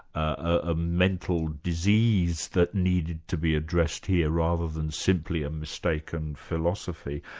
a mental disease that needed to be addressed here, rather than simply a mistaken philosophy.